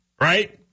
right